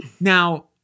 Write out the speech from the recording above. Now